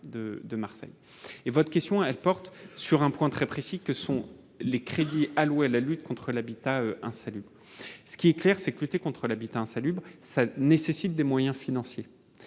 votre question, elle porte sur un point très précis que sont les crédits alloués à la lutte contre l'habitat insalubre, ce qui est clair c'est que lutter contre l'habitat insalubre, ça nécessite des moyens financiers,